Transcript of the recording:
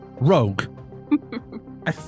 rogue